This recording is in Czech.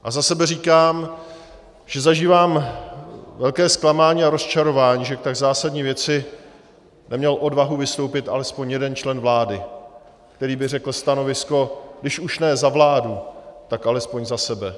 A za sebe říkám, že zažívám velké zklamání a rozčarování, že k tak zásadní věci neměl odvahu vystoupit alespoň jeden člen vlády, který by řekl stanovisko když už ne za vládu, tak alespoň za sebe.